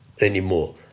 anymore